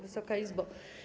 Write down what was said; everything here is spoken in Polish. Wysoka Izbo!